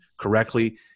correctly